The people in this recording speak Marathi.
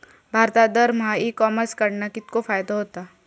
भारतात दरमहा ई कॉमर्स कडणा कितको फायदो होता?